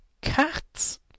cats